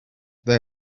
there